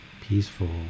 peaceful